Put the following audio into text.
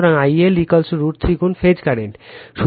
সুতরাং IL L √ 3 গুণ phase current